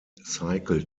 cycle